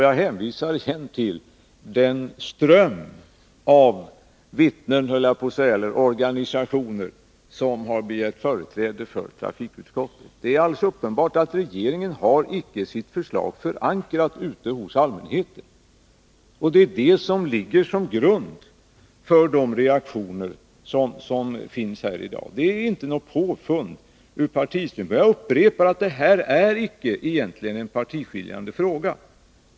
Jag hänvisar igen till den ström av organisationer som har begärt företräde för trafikutskottet. Det är alldeles uppenbart att regeringens förslag inte är förankrat hos allmänheten. Det är grunden för de reaktioner som finns i dag. Det är inte något påfund från partisynpunkt. Jag upprepar att detta egentligen inte är någon partiskiljande fråga.